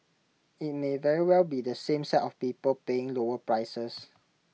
IT may very well be the same set of people paying lower prices